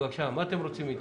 בוקר טוב לכולם,